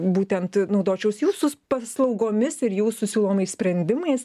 būtent naudočiausi jūsų paslaugomis ir jūsų siūlomais sprendimais